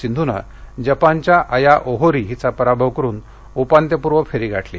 सिंधूने जपानच्या Aya Ohori हिचा पराभव करून उपांत्यपूर्व फेरी गाठली